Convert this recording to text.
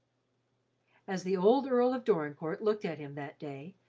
as the old earl of dorincourt looked at him that day,